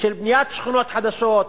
של בניית שכונות חדשות,